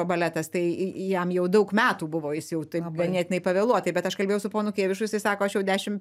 baletas tai jam jau daug metų buvo jis jau taip ganėtinai pavėluotai bet aš kalbėjau su ponu kėvišu jisai sako aš jau dešim